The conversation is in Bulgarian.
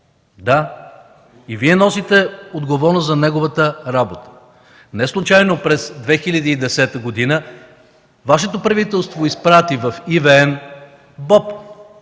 Да, и Вие носите отговорност за неговата работа. Неслучайно през 2010 г. Вашето правителство изпрати в ЕVN БОП